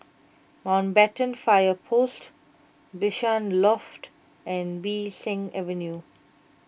Mountbatten Fire Post Bishan Loft and Bee San Avenue